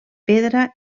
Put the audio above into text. pedra